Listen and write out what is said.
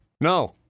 No